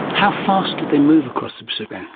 how fast did they move across the pacific?